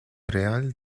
real